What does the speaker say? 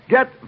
Get